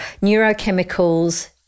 neurochemicals